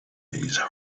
these